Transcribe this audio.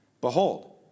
behold